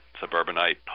suburbanite